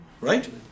Right